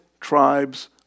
tribes